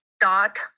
dot